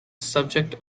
subject